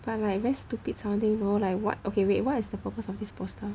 but like very stupid sounding though like what okay wait what is the purpose of this poster